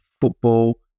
Football